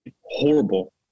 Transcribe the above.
horrible